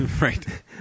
right